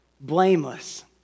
blameless